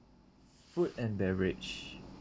food and beverage